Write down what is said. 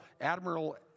Admiral